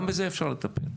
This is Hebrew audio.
גם בזה אפשר לטפל.